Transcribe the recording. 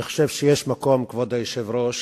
אני חושב שיש מקום, כבוד היושב-ראש,